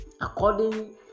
According